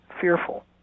fearful